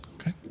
Okay